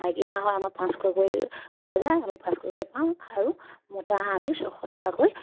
মাইকী হাঁহৰ আমাৰ পাঁচশ কৰি পোৱা যায় আমি পাঁচশ কৰি পাওঁ আৰু মতা হাঁহ আমি ছশ টকাকৈ